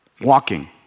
walking